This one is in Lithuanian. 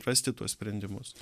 rasti tuos sprendimus